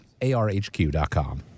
arhq.com